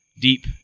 deep